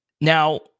Now